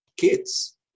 kids